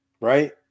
right